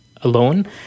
alone